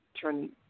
turn